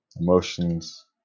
emotions